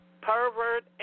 Pervert